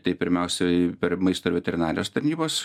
tai pirmiausiai per maisto ir veterinarijos tarnybos